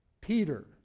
Peter